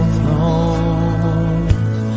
thrones